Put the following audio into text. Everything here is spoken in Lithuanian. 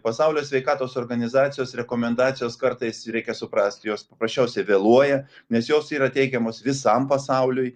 pasaulio sveikatos organizacijos rekomendacijos kartais reikia suprast jos paprasčiausiai vėluoja nes jos yra teikiamos visam pasauliui